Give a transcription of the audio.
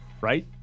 right